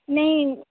नहीं